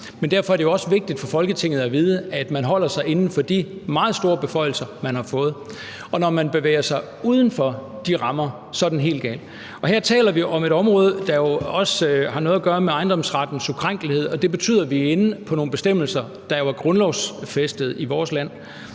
men derfor er det også vigtigt for Folketinget at vide, at man holder sig inden for de meget store beføjelser, man har fået. Og når man bevæger sig uden for de rammer, så er den helt gal. Og her taler vi om et område, der jo også har noget at gøre med ejendomsrettens ukrænkelighed, og det betyder, at vi er inde på nogle bestemmelser, der jo er grundlovsfæstet i vores land.